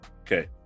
Okay